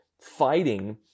fighting